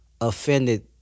offended